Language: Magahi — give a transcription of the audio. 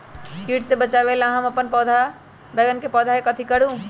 किट से बचावला हम अपन बैंगन के पौधा के कथी करू?